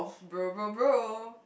bro bro bro